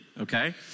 Okay